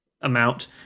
amount